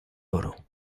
oro